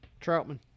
Troutman